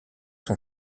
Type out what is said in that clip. son